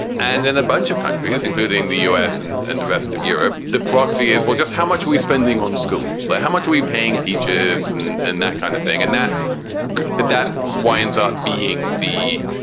and then a bunch of countries, including the us and and the rest of europe, the proxy is, well, just how much are we spending on schools? like how much are we paying teachers and and that kind of thing. and that that winds up being the.